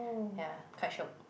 ya quite sure